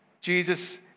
Jesus